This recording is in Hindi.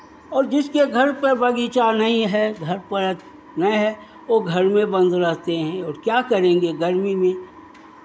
और जिसके घर पे बगीचा नहीं है घर पर नहीं है वो घर में बंद रहते हैं और क्या करेंगे गर्मी में